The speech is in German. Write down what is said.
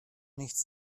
nichts